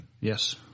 Yes